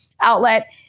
outlet